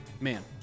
Man